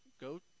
Go